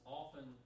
often